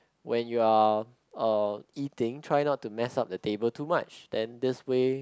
when you are uh eating try not to mess up the table too much then this way